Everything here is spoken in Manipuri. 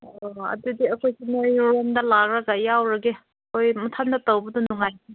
ꯑꯣ ꯑꯗꯨꯗꯤ ꯑꯩꯈꯣꯏꯁꯤ ꯅꯣꯏꯔꯣꯝꯗ ꯂꯥꯛꯑꯒ ꯌꯥꯎꯔꯒꯦ ꯅꯣꯏ ꯅꯊꯟ ꯇꯧꯕꯗꯨ ꯅꯨꯡꯉꯥꯏꯇꯦ